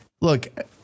look